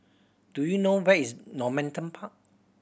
do you know where is Normanton Park